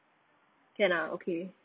can ah okay